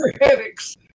headaches